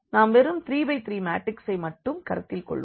நாம் வெறும் 3 ✕ 3 மாட்ரிக்ஸை மட்டும் கருத்தில் கொள்வோம்